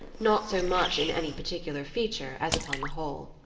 not so much in any particular feature as upon the whole.